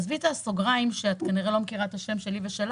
עזבי את הסוגריים שאת כנראה לא מכירה את השם שלי ושלה